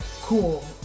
Cool